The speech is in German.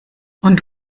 und